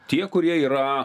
tie kurie yra